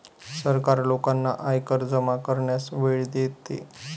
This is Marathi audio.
सरकार लोकांना आयकर जमा करण्यास वेळ देते